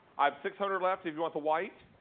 i have six hundred left. if you want the white,